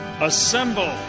Assemble